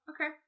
okay